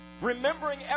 remembering